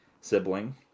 sibling